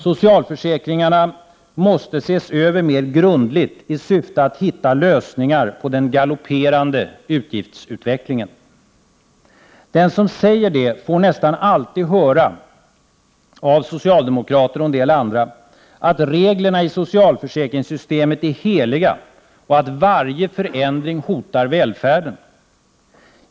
Socialförsäkringarna måste ses över mer grundligt i syfte att hitta lösningar på den galopperande utgiftsutvecklingen. Den som säger det får nästan alltid höra av socialdemokrater och en del andra, att reglerna i socialförsäkringssystemet är heliga och att varje förändring hotar välfärden.